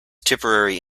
tipperary